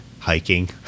hiking